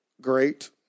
Great